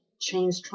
change